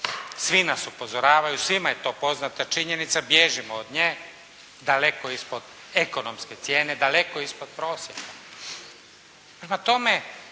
Svi nas upozoravaju, svima je to poznata činjenica. Bježimo od nje. Daleko ispod ekonomske cijene, daleko ispod prosjeka. Prema tome